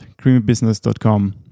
creamybusiness.com